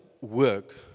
work